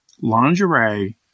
Lingerie